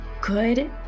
good